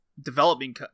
developing